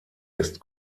ist